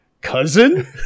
cousin